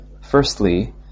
Firstly